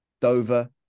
Dover